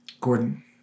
Gordon